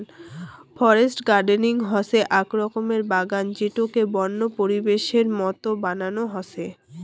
forest gardening হসে আক রকমের বাগান যেটোকে বন্য পরিবেশের মত বানানো হসে